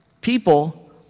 people